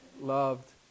loved